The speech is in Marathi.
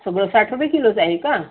सगळं साठ रुपये किलोच आहे का